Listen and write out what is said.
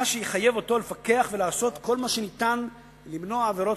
מה שיחייב אותו לפקח ולעשות כל מה שניתן למנוע עבירות,